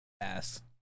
ass